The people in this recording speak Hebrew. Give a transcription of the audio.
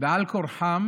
בעל כורחם